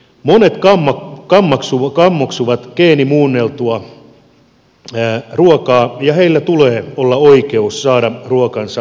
monet kammoksuvat geenimuunneltua ruokaa ja heillä tulee olla oikeus saada ruokansa geenimuuntelusta vapaana